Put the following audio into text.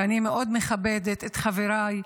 ואני מאוד מכבדת את חבריי,